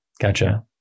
Gotcha